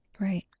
Right